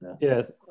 yes